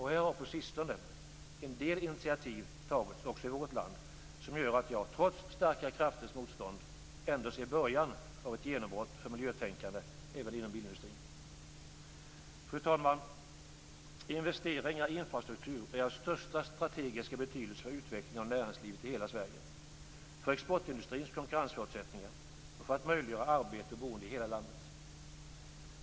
Här har på sistone en del initiativ tagits även i vårt land som gör att jag, trots starka krafters motstånd, ändå ser början av ett genombrott för miljötänkande även inom bildindustrin. Fru talman! Investeringar i infrastruktur är av största strategiska betydelse för utvecklingen av näringslivet i hela Sverige, för exportindustrins konkurrensförutsättningar och för att möjliggöra arbete och boende i hela landet.